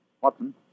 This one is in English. Watson